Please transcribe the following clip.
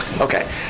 Okay